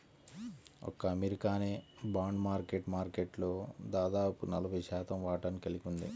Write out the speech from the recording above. ఒక్క అమెరికానే bond market మార్కెట్లో దాదాపు నలభై శాతం వాటాని కలిగి ఉంది